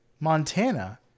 Montana